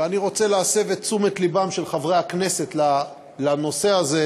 ואני רוצה להסב את תשומת לבם של חברי הכנסת לנושא הזה,